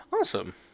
awesome